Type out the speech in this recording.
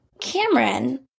Cameron